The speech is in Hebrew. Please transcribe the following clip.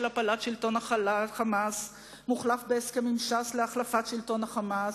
הפלת שלטון ה"חמאס" מוחלף בהסכם עם ש"ס להחלפת שלטון ה"חמאס",